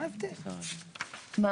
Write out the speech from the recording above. מה